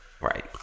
right